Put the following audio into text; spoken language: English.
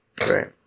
right